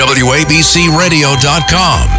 wabcradio.com